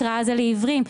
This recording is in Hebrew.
הקראה זה לעיוורים.